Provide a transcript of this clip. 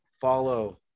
follow